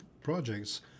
projects